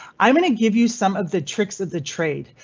i'm going to give you some of the tricks of the trade.